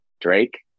Drake